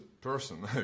person